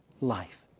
life